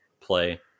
play